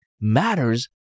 matters